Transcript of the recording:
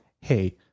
hey